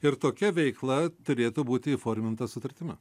ir tokia veikla turėtų būti įforminta sutartimi